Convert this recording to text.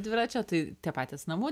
dviračio tai tie patys namų